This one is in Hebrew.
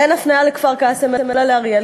ואין הפניה לכפר-קאסם אלא לאריאל,